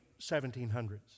1700s